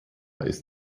ist